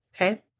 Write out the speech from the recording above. Okay